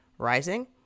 rising